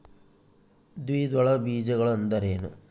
ದ್ವಿದಳ ಬೇಜಗಳು ಅಂದರೇನ್ರಿ?